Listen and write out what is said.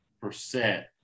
percent